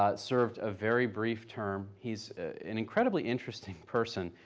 ah served a very brief term. he's an incredibly interesting person,